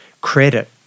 credit